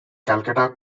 calcutta